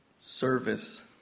Service